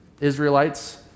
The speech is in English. Israelites